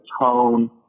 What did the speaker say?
tone